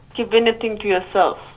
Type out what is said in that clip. keep anything to yourself.